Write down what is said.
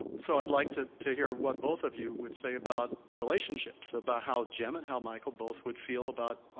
so i'd like to to hear what both of you would say about relationships, about how jim and how michael both would feel about, ah,